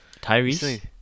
Tyrese